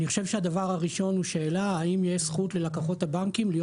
אני חושב שהדבר הראשון הוא האם יש זכות ללקוחות הבנקים להיות